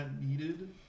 needed